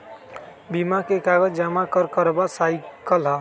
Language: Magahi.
बीमा में कागज जमाकर करवा सकलीहल?